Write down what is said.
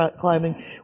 climbing